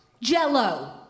Jello